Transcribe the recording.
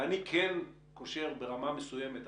אני כן קושר ברמה מסוימת.